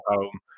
home